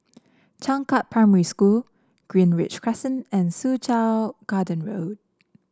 Changkat Primary School Greenridge Crescent and Soo Chow Garden Road